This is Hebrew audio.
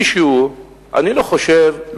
אני לא חושב,